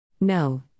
No